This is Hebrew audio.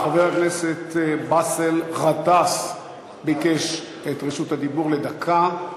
חבר הכנסת באסל גטאס ביקש את רשות הדיבור לדקה.